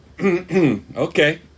Okay